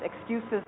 excuses